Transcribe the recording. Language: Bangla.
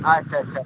আচ্ছা আচ্ছা